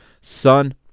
Son